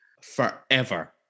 forever